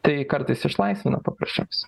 tai kartais išlaisvina paprasčiausiai